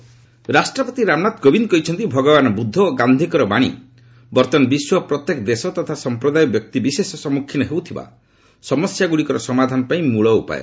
president ରାଷ୍ଟ୍ରପତି ରାମନାଥ କୋବିନ୍ଦ କହିଛନ୍ତି ଭଗବାନ ବୁଦ୍ଧ ଓ ଗାନ୍ଧିଙ୍କର ବାଣି ବର୍ତ୍ତମାନ ବିଶ୍ୱ ଓ ପ୍ରତ୍ୟେକ ଦେଶ ତଥା ସମ୍ପ୍ରଦାୟ ଓ ବ୍ୟକ୍ତି ବିଶେଷ ସମ୍ମୁଖୀନ ହେଉଥିବା ସମସ୍ୟାଗୁଡ଼ିକର ସମାଧାନ ପାଇଁ ମଳ ଉପାୟ